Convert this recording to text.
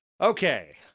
Okay